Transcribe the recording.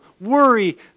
worry